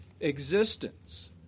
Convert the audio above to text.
existence